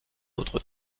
autre